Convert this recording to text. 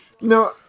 No